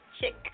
Chick